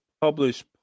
publish